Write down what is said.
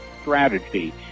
strategy